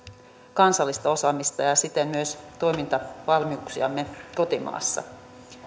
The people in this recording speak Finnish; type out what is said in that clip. kansallista osaamista ja ja siten myös toimintavalmiuksiamme kotimaassa